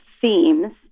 themes